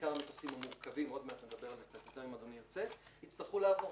בעיקר המטוסים המורכבים יצטרכו לעבור,